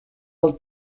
del